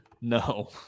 no